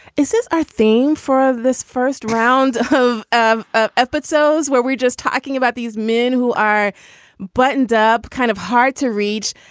this is our theme for this first round of of ah episodes where we're just talking about these men who are buttoned up kind of hard to reach.